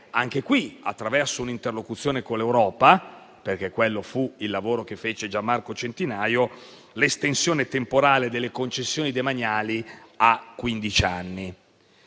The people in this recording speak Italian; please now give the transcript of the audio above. anche qui, attraverso un'interlocuzione con l'Europa, grazie al lavoro che fece Gian Marco Centinaio, l'estensione temporale delle concessioni demaniali a quindici